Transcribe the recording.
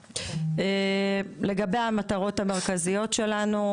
לגבי המטרות המרכזיות שלנו,